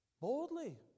Boldly